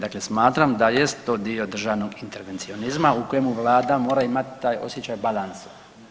Dakle, smatram da jest to dio državnog intervencionizma u kojemu vlada mora imati taj osjećaj balansa.